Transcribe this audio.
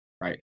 Right